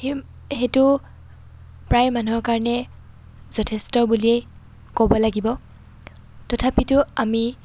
সেইটো প্ৰায় মানুহৰ কাৰণে যথেষ্ট বুলিয়েই ক'ব লাগিব তথাপিতো আমি